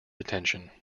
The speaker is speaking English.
attention